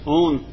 own